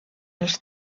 els